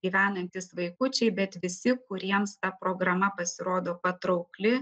gyvenantys vaikučiai bet visi kuriems ta programa pasirodo patraukli